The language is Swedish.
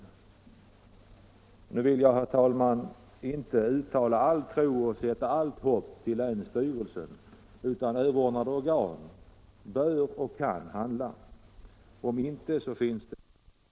Nu vill jag inte sätta all tro och allt hopp till länsstyrelsen — överordnade organ bör och kan handla. Om inte, så finns det anledning att återkomma.